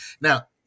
Now